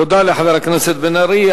תודה לחבר הכנסת בן-ארי.